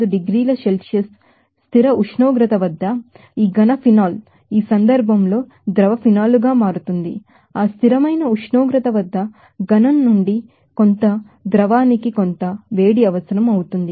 5 డిగ్రీల Celsius constant temperature వద్ద ఈ సాలిడ్ఘన ఫినాల్ ఈ సందర్భంలో లిక్విడ్ ద్రవ ఫినాల్ గా మారుతుంది ఆ కాన్స్టాంట్ టెంపరేచర్స్థిరమైన ఉష్ణోగ్రత వద్ద సాలిడ్ నుండి లిక్విడ్ కి ఘన నుండి ద్రవానికి కొంత వేడి అవసరం అవుతుంది